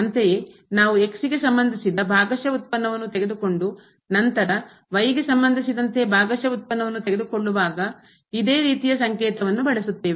ಅಂತೆಯೇ ನಾವು ಗೆ ಸಂಬಂಧಿಸಿದ ಭಾಗಶಃ ವ್ಯುತ್ಪನ್ನವನ್ನು ತೆಗೆದುಕೊಂಡು ನಂತರ ಗೆ ಸಂಬಂಧಿಸಿದಂತೆ ಭಾಗಶಃ ವ್ಯುತ್ಪನ್ನವನ್ನು ತೆಗೆದುಕೊಳ್ಳುವಾಗ ಇದೇ ರೀತಿಯ ಸಂಕೇತವನ್ನ ಬಳಸುತ್ತೇವೆ